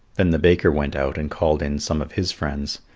then the baker went out and called in some of his friends,